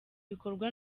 bikorwa